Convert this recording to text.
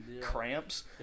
cramps